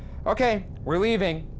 okay, we're leaving.